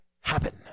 happen